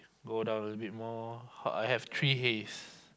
go down a little bit more I have three haze